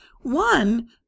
one